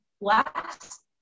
last